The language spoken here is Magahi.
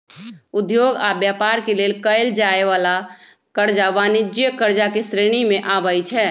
उद्योग आऽ व्यापार के लेल कएल जाय वला करजा वाणिज्यिक करजा के श्रेणी में आबइ छै